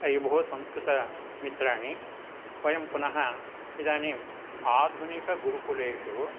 अयि भोः संस्कृतमित्राणि वयं पुनः इदानीम् आधुनिकगुरुकुलेषु